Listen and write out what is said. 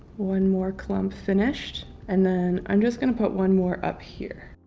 one more clump finished and then i'm just gonna put one more up here.